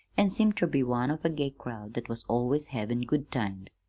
an' seemed ter be one of a gay crowd that was always havin' good times.